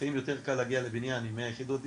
לפעמים יותר קל להגיע לבניין עם 100 יחידות דיור,